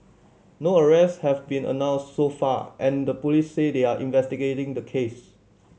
no arrests have been announced so far and the police said they are investigating the case